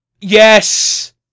Yes